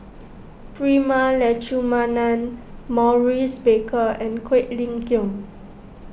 Prema Letchumanan Maurice Baker and Quek Ling Kiong